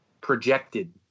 Projected